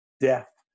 death